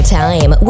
time